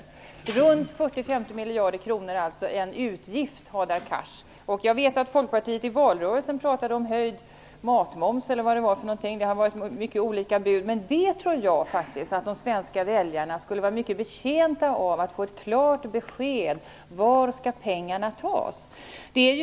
Det blir alltså runt 40-50 miljarder kronor i utgifter, Hadar Cars! Jag vet att Folkpartiet i valrörelsen talade om höjd matmoms eller vad det nu var - det har varit många olika bud här. Jag tror att de svenska väljarna skulle vara mycket betjänta av att få ett klart besked om varifrån pengarna skall tas.